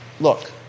Look